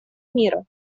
мира